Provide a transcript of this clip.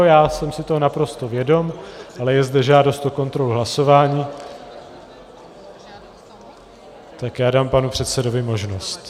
Já jsem si toho naprosto vědom, ale je zde žádost o kontrolu hlasování, tak dám panu předsedovi možnost.